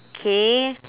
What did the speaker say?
okay